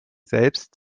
selbst